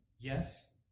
Yes